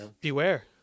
beware